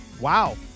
Wow